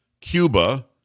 cuba